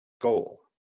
goal